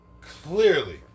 Clearly